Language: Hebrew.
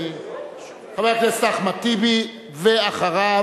חבר הכנסת אחמד טיבי, ואחריו,